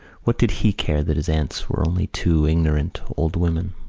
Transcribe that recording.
what did he care that his aunts were only two ignorant old women?